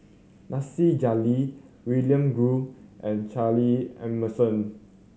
Nasir Jalil William Goode and Charles Emmerson